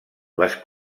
les